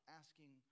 asking